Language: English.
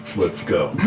let's go.